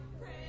pray